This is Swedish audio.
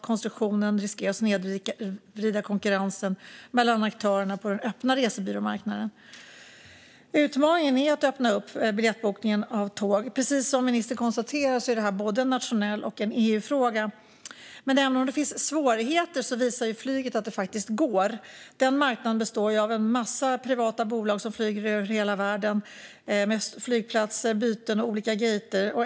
Konstruktionen riskerar att snedvrida konkurrensen mellan aktörerna på den öppna resebyråmarknaden. Utmaningen är att öppna biljettbokningen av tåg. Precis som ministern konstaterar är det både en nationell fråga och en EU-fråga. Även om det ändå finns svårigheter visar flyget att det går. Den marknaden består av en massa privata bolag som flyger över hela världen, med flygplatser, byten och olika gater.